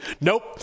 Nope